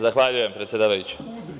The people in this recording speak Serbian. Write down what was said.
Zahvaljujem, predsedavajuća.